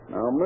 Now